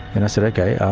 and i said, okay, i